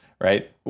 Right